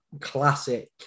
classic